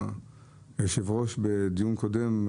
היושב-ראש בדיון קודם,